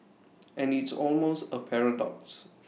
and it's almost A paradox